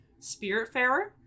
Spiritfarer